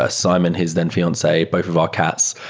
ah simon, his then fiance, both of our cats,